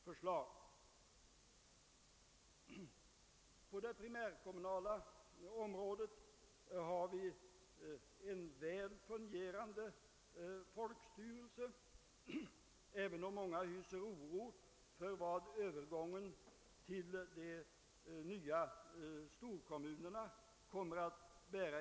Länsarkitektkontoret inordnas i länsstyrelsen. I övrigt blir de olika länsorganen alltjämt fristående från varandra.